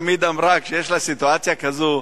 כשיש לה סיטואציה כזאת,